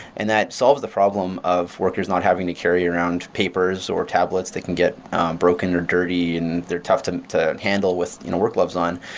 and that solves the problem of workers not having to carry around papers or tablets that can get broken or dirty and they're tough to to handle with you know work gloves on.